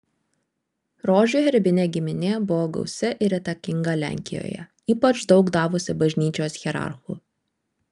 rožių herbinė giminė buvo gausi ir įtakinga lenkijoje ypač daug davusi bažnyčios hierarchų